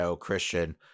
Christian